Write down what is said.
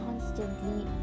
constantly